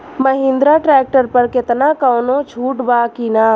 Mahindra tractor पर केतना कौनो छूट बा कि ना?